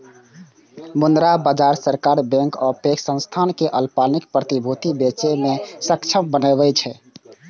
मुद्रा बाजार सरकार, बैंक आ पैघ संस्थान कें अल्पकालिक प्रतिभूति बेचय मे सक्षम बनबै छै